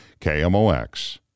KMOX